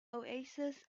oasis